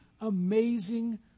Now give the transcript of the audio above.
amazing